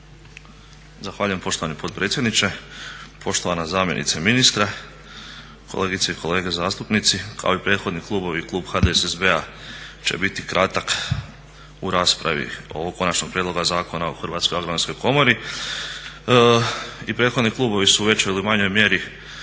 Zahvaljujem poštovani potpredsjedniče, poštovana zamjenice ministra, kolegice i kolege zastupnici. Kao i prethodni klubovi i klub HDSSB-a će biti kratak u raspravi o Konačnom prijedlogu Zakona o Hrvatskoj agronomskoj komori. I prethodni klubovi su u većoj ili manjoj mjeri